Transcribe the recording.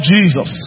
Jesus